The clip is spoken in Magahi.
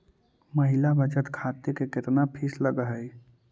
महिला बचत खाते के केतना फीस लगअ हई